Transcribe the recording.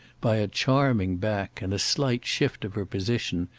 by a charming back and a slight shift of her position,